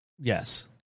Yes